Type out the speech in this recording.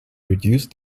reduce